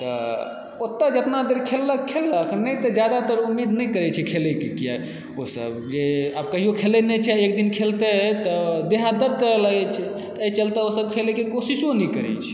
तऽ ओतय जेतना देर खेललक खेललक नहि तऽ जादातर उम्मीद नहि करैत छी खेलयके किआकि ओसभ जे आब कहिओ खेलय नहि छै एक दिन खेलतै तऽ देह हाथ दर्द करय लागैत छै तऽ एहि चलते ओसभ खेलयके कोशिशो नहि करैत छै